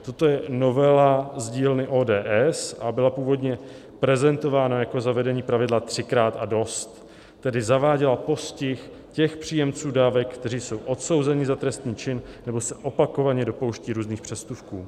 Toto je novela z dílny ODS a byla původně prezentována jako zavedení pravidla třikrát a dost, tedy zaváděla postih těch příjemců dávek, kteří jsou odsouzeni za trestný čin nebo se opakovaně dopouštějí různých přestupků.